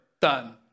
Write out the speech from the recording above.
Done